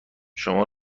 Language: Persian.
شما